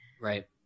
Right